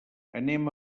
anem